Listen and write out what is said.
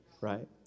right